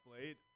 late